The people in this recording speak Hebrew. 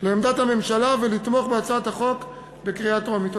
לעמדת הממשלה ולתמוך בהצעת החוק בקריאה טרומית.